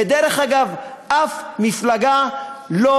ודרך אגב, אף מפלגה לא